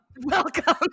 Welcome